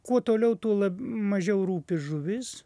kuo toliau tuo lab mažiau rūpi žuvis